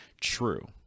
true